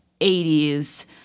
80s